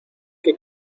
que